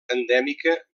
endèmica